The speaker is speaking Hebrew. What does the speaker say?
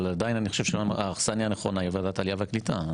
אבל עדיין אני חושב שהאכסניה הנכונה היא ועדת העלייה והקליטה,